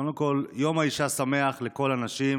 קודם כול, יום האישה שמח לכל הנשים